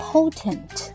Potent